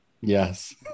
Yes